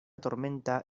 tormenta